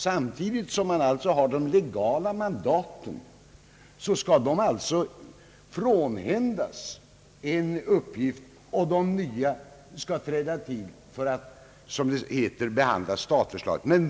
Samtidigt som man alltså har innehavare av de legala mandaten skulle dessa frånhändas en uppgift och nya ledamöter träda till för att behandla statförslaget.